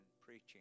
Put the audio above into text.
preaching